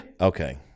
Okay